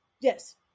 Yes